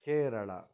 Kerala